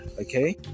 okay